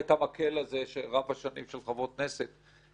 את המקל הזה רב-השנים של חברות כנסת,